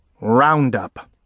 Roundup